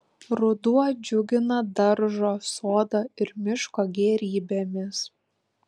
ruduo džiugina daržo sodo ir miško gėrybėmis